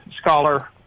scholar